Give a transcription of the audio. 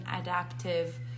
adaptive